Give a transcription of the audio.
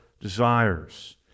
desires